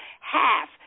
Half